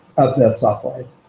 of the sawflies.